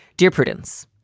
dear prudence,